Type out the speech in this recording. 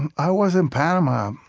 i was in panama.